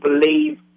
believe